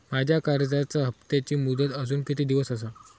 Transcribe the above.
माझ्या कर्जाचा हप्ताची मुदत अजून किती दिवस असा?